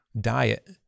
diet